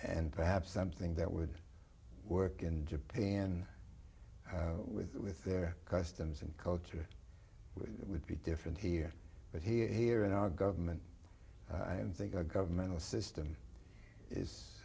and perhaps something that would work in japan with with their customs and culture it would be different here but here in our government i don't think our governmental system